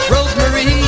Rosemary